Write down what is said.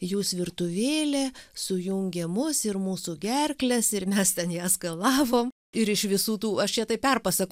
jūs virtuvėlė sujungia mus ir mūsų gerkles ir mes ten ją skalavom ir iš visų tų aš čia taip perpasa